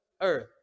Earth